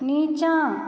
नीचाँ